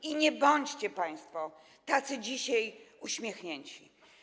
I nie bądźcie państwo tacy dzisiaj uśmiechnięci.